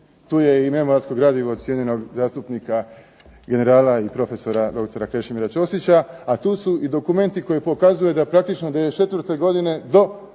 Tu je i memoarsko gradivo cijenjenog zastupnika generala i profesora doktora Krešimira Ćosića, a tu su i dokumenti koji pokazuje da praktično '94. godine do